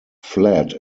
flat